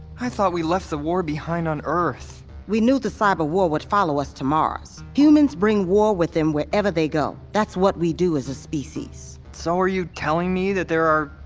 i thought we left the war behind on earth we knew the cyber war would follow us to mars. humans bring war with them wherever they go. that's what we do as a species so are you telling me that there are, ah,